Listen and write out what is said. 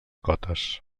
cotes